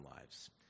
lives